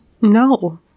no